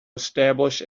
establish